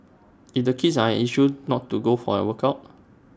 if the kids are an issue not to go for A workout